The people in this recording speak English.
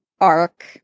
arc